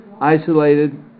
isolated